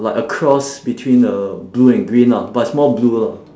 like a cross between the blue and green lah but it's more blue lah